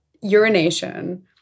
urination